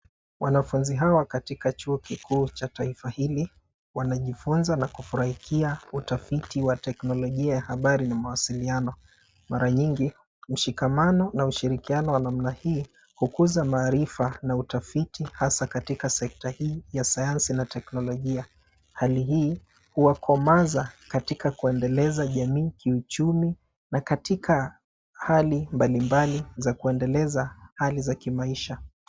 Wanafunzi hawa katika chuo kikuu cha taifa hili wanajifunza na kufurahia utafiti wa teknolojia, habari na mawasiliano. Mara nyingi ushikamano na ushirikiano wa namna hii hukuza maarifa na utafiti hasa katika sekta hii ya sayansi na teknolojia. Hali hii huwakomaza katika kuendeleza jamii kiuchumi na katika hali mbalimbali za kuendeleza hali za kimaisha.